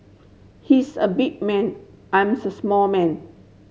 he is a big man I am small man